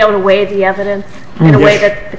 able to weigh the evidence in a way that the